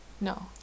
No